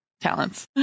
talents